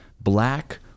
black